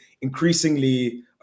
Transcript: increasingly